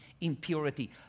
impurity